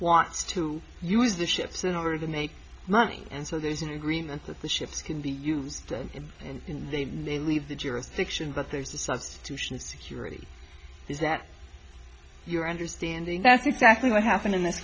wants to use the ships in order to make money and so there is an agreement with the ships can be used in the nearly the jurisdiction but there's a substitution of security is that your understanding that's exactly what happened in this